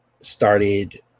started